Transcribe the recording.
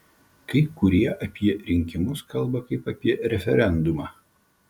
kai kurie apie rinkimus kalba kaip apie referendumą